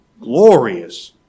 glorious